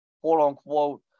quote-unquote